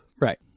Right